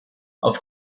auf